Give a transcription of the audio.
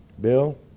Bill